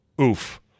Oof